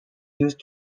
used